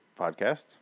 podcast